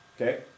okay